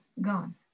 gone